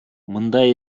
мындай